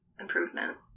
improvement